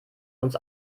uns